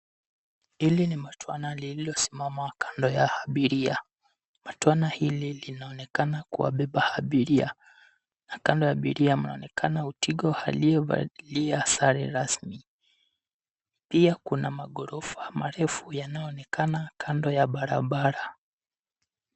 Hili ni matwana lililosimama kando ya abiria. Matwana hili linaonekana kuwabeba abiria na kando ya abiria mnaonekana utingo aliyevalia sare rasmi. Pia kuna maghorofa marefu yanayoonekana kando ya barabara.